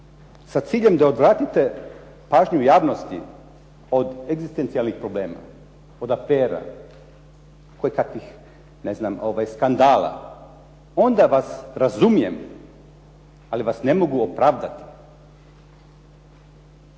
sa ciljem da odvratite pažnju javnosti od egzistencijalnih problema, od afera, kojekakvih, ne znam, ovaj, skandala, onda vas razumijem, ali vas ne mogu opravdati.